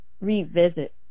revisit